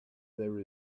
there